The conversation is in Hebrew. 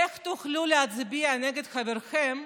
איך תוכלו להצביע נגד חבריכם,